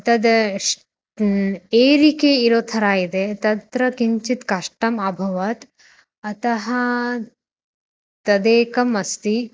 तद् एरिके इरोथरा इदे तत्र किञ्चित् कष्टम् अभवत् अतः तदेकम् अस्ति